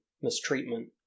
mistreatment